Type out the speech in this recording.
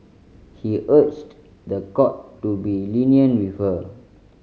he urged the court to be lenient with her